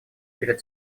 перед